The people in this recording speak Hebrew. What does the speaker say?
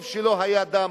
טוב שלא היה דם.